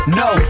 no